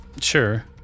Sure